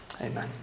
Amen